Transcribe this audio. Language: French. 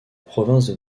province